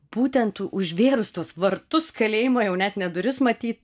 būtent užvėrus tuos vartus kalėjimo jau net ne duris matyt